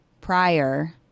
prior